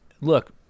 look